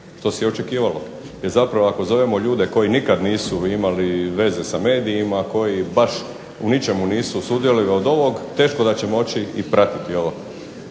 što se i očekivalo jer zapravo ako zovemo ljude koji nikad nisu imali veze sa medijima, koji baš u ničemu nisu sudjelovali od ovog teško da će moći i pratiti ovo.